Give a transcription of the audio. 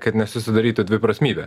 kad nesusidarytų dviprasmybė